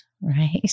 right